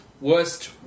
Worst